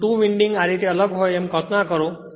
જો 2 વિન્ડિંગ આ રીતે અલગ હોય એમ કલ્પના કરો